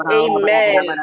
amen